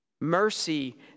Mercy